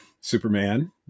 Superman